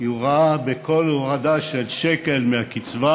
כי הוא ראה בכל הורדה של שקל מהקצבה